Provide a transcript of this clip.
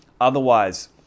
Otherwise